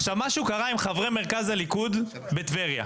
משהו קרה עם חברי מרכז הליכוד בטבריה.